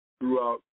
Throughout